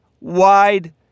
wide